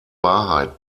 wahrheit